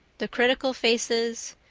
the critical faces,